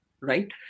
right